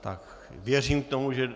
Tak, věřím tomu, že...